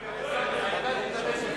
העיקר תתלבש יפה.